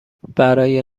برای